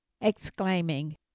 exclaiming